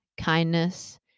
kindness